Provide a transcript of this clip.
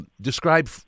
Describe